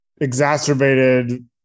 exacerbated